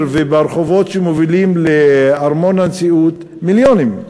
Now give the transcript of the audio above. וברחובות שמובילים לארמון הנשיאות מיליונים,